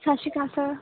ਸਤਿ ਸ਼੍ਰੀ ਅਕਾਲ ਸਰ